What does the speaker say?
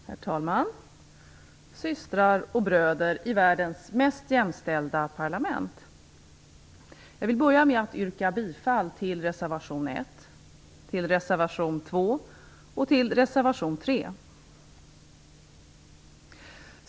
Herr talman! Systrar och bröder i världens mest jämställda parlament! Jag vill börja med att yrka bifall till reservationerna 1, 2 och 3.